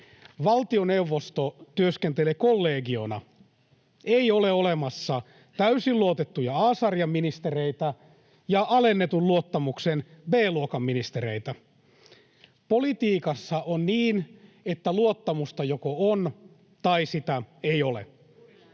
Valtioneuvosto työskentelee kollegiona. Ei ole olemassa täysin luotettuja A-sarjan ministereitä ja alennetun luottamuksen B-luokan ministereitä. Politiikassa on niin, että luottamusta joko on tai sitä ei ole.